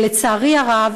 לצערי הרב,